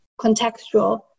contextual